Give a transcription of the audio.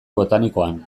botanikoan